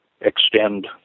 extend